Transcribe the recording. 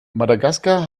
madagaskar